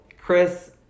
chris